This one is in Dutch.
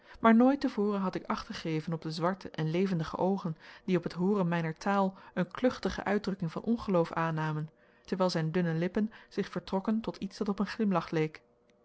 maar nooit te voren had ik acht gegeven op de zwarte en levendige oogen die op het hooren mijner taal een kluchtige uitdrukking van ongeloof aannamen terwijl zijn dunne lippen zich vertrokken tot iets dat op een glimlach geleek